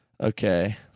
Okay